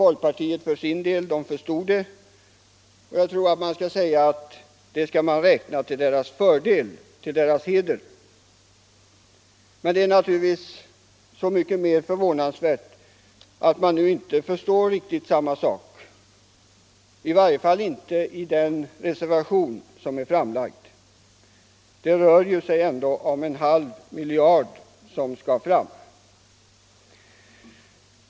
Folkpartiet förstod den bedömningen, det skall sägas till dess heder. Det är naturligtvis så mycket mera förvånansvärt att man nu inte riktigt förstår samma sak, i varje fall inte i den reservation som avgivits i utrikesutskottet. Det rör sig ändå om en halv miljard som skall skaffas fram.